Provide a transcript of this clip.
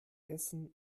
essen